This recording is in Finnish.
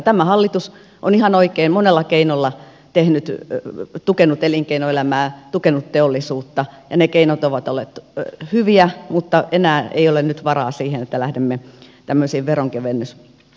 tämä hallitus on ihan oikein monella keinolla tukenut elinkeinoelämää tukenut teollisuutta ja ne keinot ovat olleet hyviä mutta nyt enää ei ole varaa siihen että lähdemme tämmöisiin veronkevennystalkoisiin